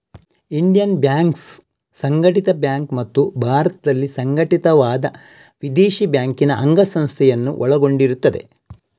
Indian banks ಸಂಘಟಿತ bank ಮತ್ತು ಭಾರತದಲ್ಲಿ ಸಂಘಟಿತವಾದ ವಿದೇಶಿ ಬ್ಯಾಂಕಿನ ಅಂಗಸಂಸ್ಥೆಯನ್ನು ಒಳಗೊಂಡಿರುತ್ತದೆ